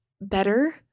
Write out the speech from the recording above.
better